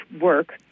work